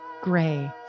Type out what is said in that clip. gray